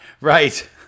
right